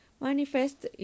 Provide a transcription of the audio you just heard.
manifest